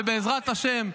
אז מה אתם --- ובעזרת השם,